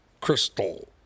Crystal